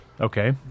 Okay